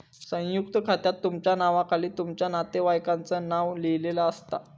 संयुक्त खात्यात तुमच्या नावाखाली तुमच्या नातेवाईकांचा नाव लिहिलेला असता